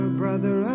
brother